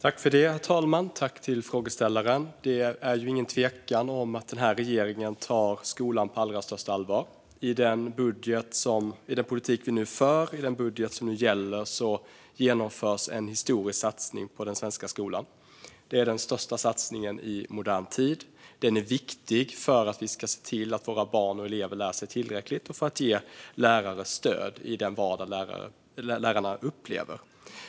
Herr talman! Det är ingen tvekan om att denna regering tar skolan på allra största allvar. I den politik vi nu för och i den budget som nu gäller genomförs en historisk satsning på den svenska skolan. Det är den största satsningen i modern tid. Den är viktig för att barnen och eleverna ska lära sig tillräckligt och för att ge lärarna stöd i den vardag de upplever.